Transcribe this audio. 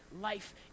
life